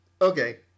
Okay